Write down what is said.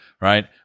right